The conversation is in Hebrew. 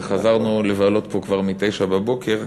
וחזרנו לבלות פה כבר מ-09:00,